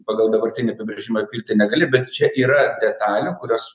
pagal dabartinį apibrėžimą pilti negali bet čia yra detalių kurios